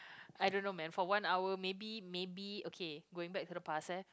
I don't know man for one hour maybe maybe okay going back to the eh